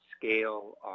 scale